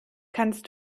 kannst